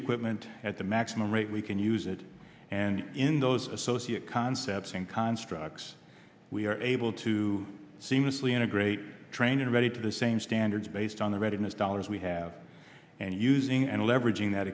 equipment at the maximum rate we can use it and in those associate concepts and constructs we are able to seamlessly integrate trained and ready to the same standards based on the readiness dollars we have and using and leveraging that